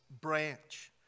branch